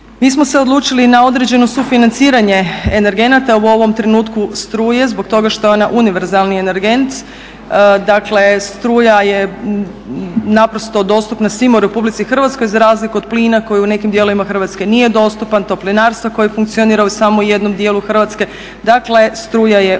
Mi smo se odlučili na određeno sufinanciranje energenata u ovom trenutku struje zbog toga što je ona univerzalni energent. Dakle, struja je naprosto dostupna svima u Republici Hrvatskoj za razliku od plina koji u nekim dijelovima Hrvatske nije dostupan, toplinarstva koje funkcionira u samo jednom dijelu Hrvatske. Dakle, struja je univerzalni